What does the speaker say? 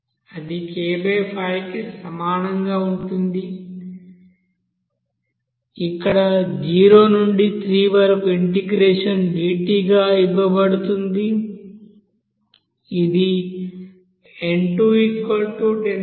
అది k5 కి సమానంగా ఉంటుంది ఇక్కడ 0 నుండి 3 వరకు ఇంటిగ్రేషన్ dt గా ఇవ్వబడుతుంది ఇది n210